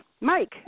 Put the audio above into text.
Mike